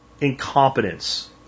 incompetence